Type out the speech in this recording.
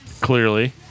Clearly